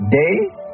days